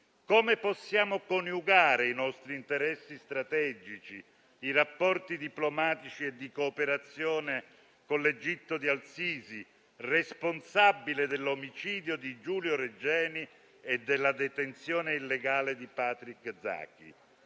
Come possiamo coniugare i nostri interessi strategici, i rapporti diplomatici e di cooperazione con l'Egitto di al-Sisi, responsabile dell'omicidio di Giulio Regeni e della detenzione illegale di Patrick Zaki.